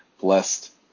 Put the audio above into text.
blessed